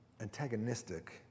antagonistic